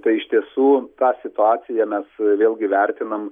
tai iš tiesų tą situaciją mes vėlgi vertinam